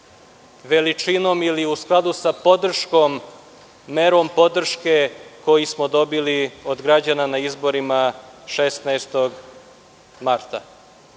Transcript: veličinom ili u skladu sa merom podrške koju smo dobili od građana na izborima 16. marta. Mi